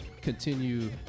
continue